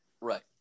Right